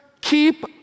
keep